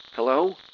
Hello